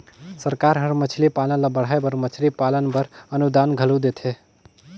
सरकार हर मछरी पालन ल बढ़ाए बर मछरी पालन बर अनुदान घलो देथे